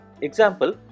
example